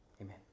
Amen